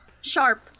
Sharp